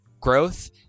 growth